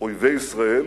אויבי ישראל,